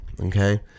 Okay